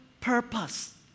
purpose